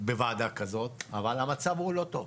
בוועדה כזו, אבל המצב הוא לא טוב.